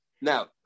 now